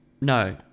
no